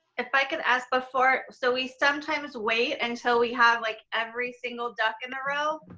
if i could ask before, so we sometimes wait until we have like every single duck in a row,